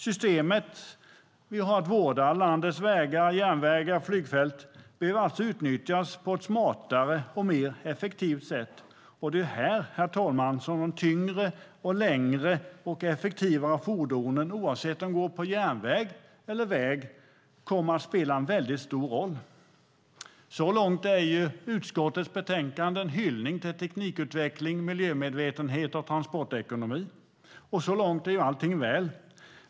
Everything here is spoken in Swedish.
Systemet vi har att vårda - landets vägar, järnvägar och flygfält - behöver alltså utnyttjas på ett smartare och mer effektivt sätt, och det är här, herr talman, som de tyngre, längre och effektivare fordonen, oavsett om de går på järnväg eller väg, kommer att spela en väldigt stor roll. Så långt är utskottets betänkande en hyllning till teknikutveckling, miljömedvetenhet och transportekonomi. Så långt är allt väl.